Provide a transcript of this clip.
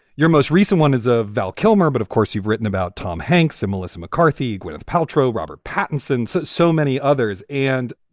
your most recent one is ah val kilmer. but of course, you've written about tom hanks and melissa mccarthy, gwyneth paltrow, robert pattinson and so so many others. and,